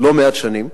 לא מעט שנים,